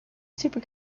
super